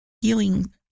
healing